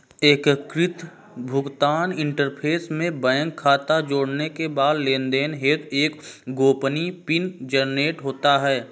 एकीकृत भुगतान इंटरफ़ेस में बैंक खाता जोड़ने के बाद लेनदेन हेतु एक गोपनीय पिन जनरेट होता है